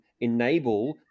enable